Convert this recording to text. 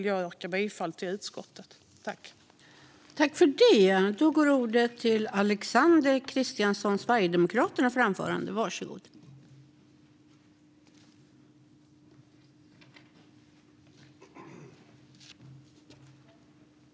Jag yrkar bifall till utskottets förslag i betänkandet.